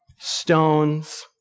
stones